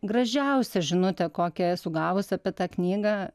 gražiausią žinutę kokią esu gavus apie tą knygą